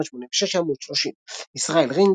בדצמבר 1986, עמ' 30. ישראל רינג.